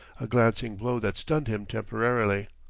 a glancing blow that stunned him temporarily.